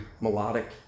melodic